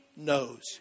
knows